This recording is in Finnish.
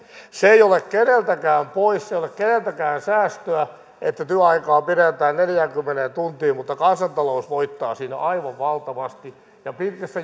se ei ole keneltäkään poissa se ei ole keneltäkään säästöä että työaikaa pidennetään neljäänkymmeneen tuntiin mutta kansantalous voittaa siinä aivan valtavasti ja pitkässä